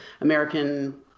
American